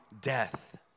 death